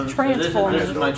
Transformers